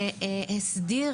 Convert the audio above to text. המשרד הסדיר